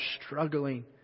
struggling